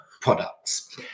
products